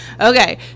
Okay